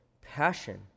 passion